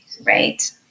right